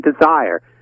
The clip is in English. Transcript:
desire